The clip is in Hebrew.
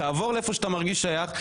תעבור להיכן שאתה מרגיש שייך,